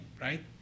right